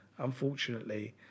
unfortunately